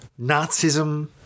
Nazism